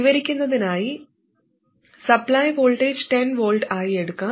വിവരിക്കുന്നതിനായി supply voltage 10 V ആയി എടുക്കാം